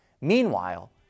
Meanwhile